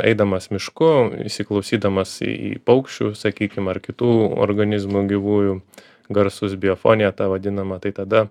eidamas mišku įsiklausydamas į į paukščių sakykim ar kitų organizmų gyvųjų garsus bei afoniją tą vadinamą tai tada